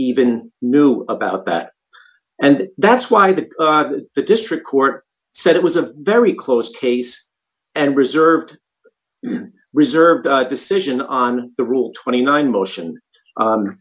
even knew about that and that's why the district court said it was a very close case and reserved reserved decision on the rule twenty nine motion